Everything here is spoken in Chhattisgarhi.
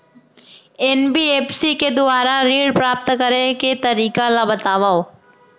एन.बी.एफ.सी के दुवारा ऋण प्राप्त करे के तरीका ल बतावव?